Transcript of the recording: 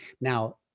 now